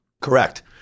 Correct